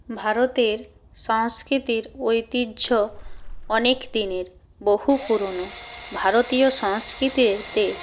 ভারতের সংস্কৃতির ঐতিহ্য অনেক দিনের বহু পুরোনো ভারতীয় সংস্কৃতিতে